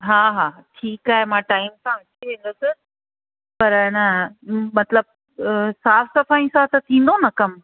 हा हा ठीकु आहे मां टाइम सां अची वेंदसि पर अन मतलबु साफ़ु सफ़ाई सां त थींदो न कमु